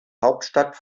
hauptstadt